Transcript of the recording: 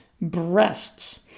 breasts